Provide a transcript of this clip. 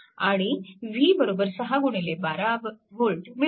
आणि v 612 V मिळते